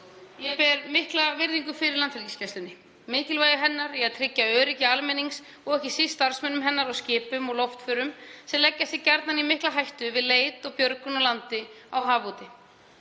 Ég ber mikla virðingu fyrir Landhelgisgæslunni, mikilvægi hennar í að tryggja öryggi almennings og ekki síst virðingu fyrir starfsmönnum hennar og skipum og loftförum, sem leggja sig gjarnan í mikla hættu við leit og björgun á landi og á hafi úti.